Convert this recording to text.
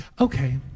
okay